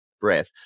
breath